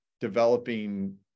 developing